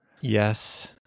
Yes